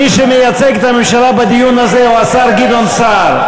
מי שמייצג את הממשלה בדיון הזה הוא השר גדעון סער.